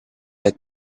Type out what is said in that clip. had